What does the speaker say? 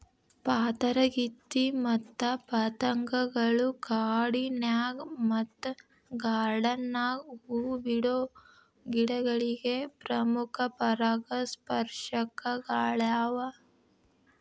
ಪಾತರಗಿತ್ತಿ ಮತ್ತ ಪತಂಗಗಳು ಕಾಡಿನ್ಯಾಗ ಮತ್ತ ಗಾರ್ಡಾನ್ ನ್ಯಾಗ ಹೂ ಬಿಡೋ ಗಿಡಗಳಿಗೆ ಪ್ರಮುಖ ಪರಾಗಸ್ಪರ್ಶಕಗಳ್ಯಾವ